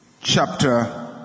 chapter